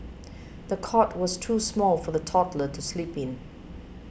the cot was too small for the toddler to sleep in